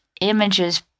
images